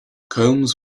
colmes